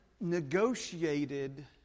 negotiated